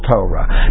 Torah